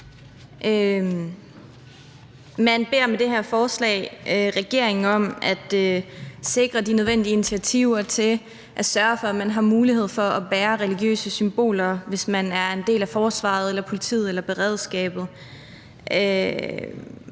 Man beder med det her forslag regeringen om at sikre de nødvendige initiativer til at sørge for, at man har mulighed for at bære religiøse symboler, hvis man er en del af forsvaret eller politiet eller beredskabet.